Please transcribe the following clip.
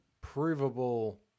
provable